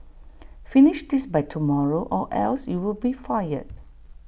finish this by tomorrow or else you'll be fired